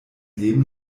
leben